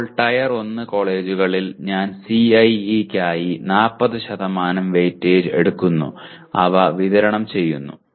ഇപ്പോൾ ടയർ 1 കോളേജിൽ ഞാൻ CIE നായി 40 വെയിറ്റേജ് എടുക്കുന്നു അവ വിതരണം ചെയ്യുന്നു